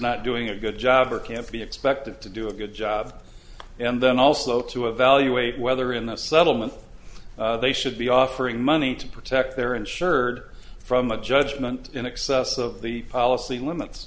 not doing a good job or can't be expected to do a good job and then also to evaluate whether in the settlement they should be offering money to protect their insured from a judgment in excess of the policy limits